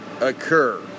occur